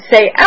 say